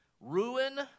ruin